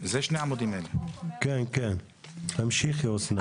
כן, כן, תמשיכי אסנת.